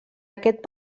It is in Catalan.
aquest